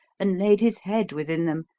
and laid his head within them,